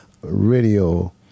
radio